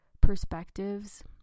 perspectives